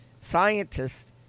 scientists